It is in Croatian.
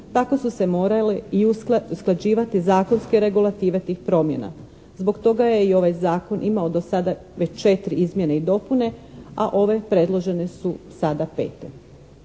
tako su se morale i usklađivati zakonske regulative tih promjena. Zbog toga je i ovaj zakon imao do sada već 4 izmjene i dopune a ove predložene su sada poete.